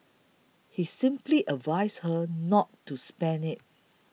he simply advised her not to spend it